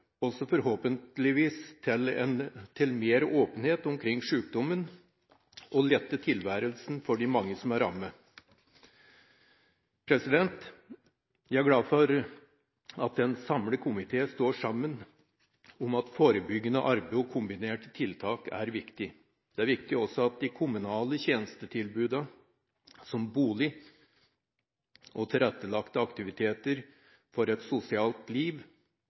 også forhåpentligvis til mer åpenhet omkring sykdommen og letter tilværelsen for de mange som er rammet. Jeg er glad for at komiteen står sammen om at forebyggende arbeid og kombinerte tiltak er viktig. Det er viktig også at de kommunale tjenestetilbudene som bolig og tilrettelagte aktiviteter for et sosialt liv